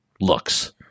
looks